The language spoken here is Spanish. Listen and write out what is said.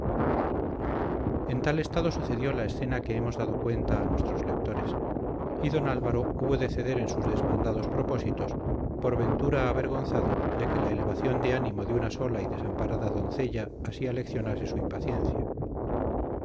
en tal estado sucedió la escena de que hemos dado cuenta a nuestros lectores y don álvaro hubo de ceder en sus desmandados propósitos por ventura avergonzado de que la elevación de ánimo de una sola y desamparada doncella así aleccionase su impaciencia